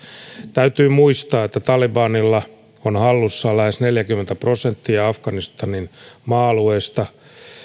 täytyy muistaa että talibanilla on hallussaan lähes neljäkymmentä prosenttia afganistanin maa alueista